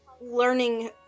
learning